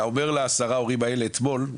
אתה אומר לעשרה הורים האלה אתמול,